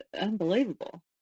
Unbelievable